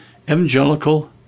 evangelical